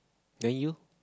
then you